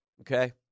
Okay